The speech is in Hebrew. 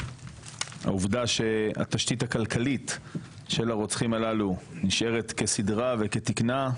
העובדה שהתשתית הכלכלית של הרוצחים הללו נשארת כסדרה וכתקנה,